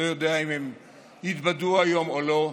אני לא יודע אם הן יתבדו היום או לא,